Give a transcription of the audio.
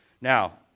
Now